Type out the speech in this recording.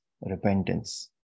repentance